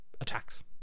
attacks